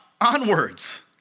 onwards